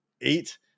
eight